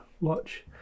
watch